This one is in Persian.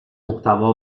محتوا